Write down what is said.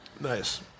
Nice